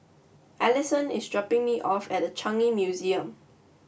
Allisson is dropping me off at The Changi Museum